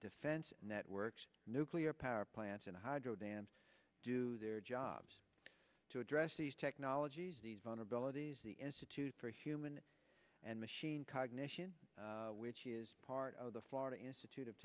defense networks nuclear power plants and hydro dams do their jobs to address these technologies these vulnerabilities the institute for human and machine cognition which is part of the florida